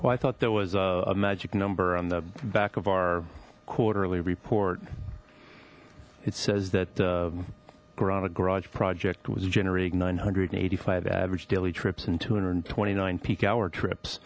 well i thought there was a magic number on the back of our quarterly report it says that guarana garage project was generating nine hundred and eighty five average daily trips and two hundred and twenty nine peak hour trips